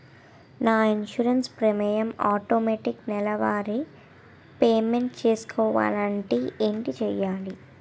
నా insurance premium automatic నెలవారి payment చేసుకోవాలంటే ఏంటి చేయాలి?